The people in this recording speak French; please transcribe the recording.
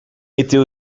était